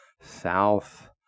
south